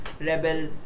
Rebel